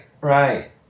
right